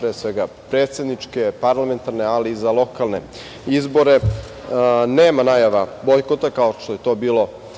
pre svega predsedničke, parlamentarne, ali i za lokalne izbore, nema najava bojkota kao što je to bilo